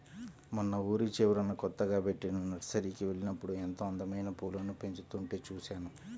మొన్న ఊరి చివరన కొత్తగా బెట్టిన నర్సరీకి వెళ్ళినప్పుడు ఎంతో అందమైన పూలను పెంచుతుంటే చూశాను